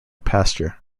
pasture